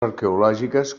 arqueològiques